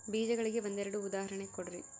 ಬೇಜಗಳಿಗೆ ಒಂದೆರಡು ಉದಾಹರಣೆ ಕೊಡ್ರಿ?